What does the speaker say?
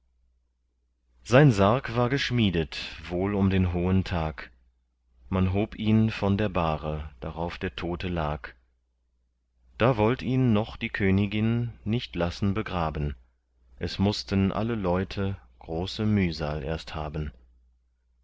sein sarg war geschmiedet wohl um den hohen tag man hob ihn von der bahre darauf der tote lag da wollt ihn noch die königin nicht lassen begraben es mußten alle leute große mühsal erst haben